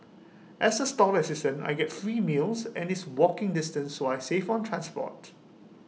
as A stall assistant I get free meals and it's walking distance so I save on transport